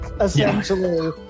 essentially